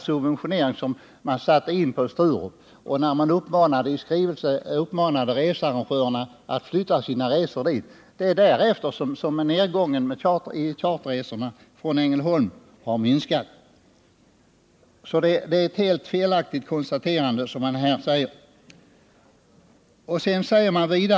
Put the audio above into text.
Det är sedan man satte in subventioneringen på Sturup och uppmanade researrangörerna att flytta sina resor dit som nedgången i charterresorna från Ängelholm har minskat. Det är alltså ett helt felaktigt konstaterande som utskottet här gör.